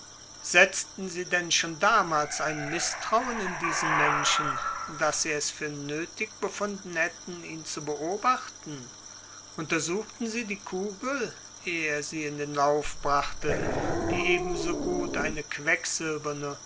setzten sie denn schon damals ein mißtrauen in diesen menschen daß sie es für nötig befunden hätten ihn zu beobachten untersuchten sie die kugel eh er sie in den lauf brachte die ebensogut eine quecksilberne